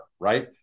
right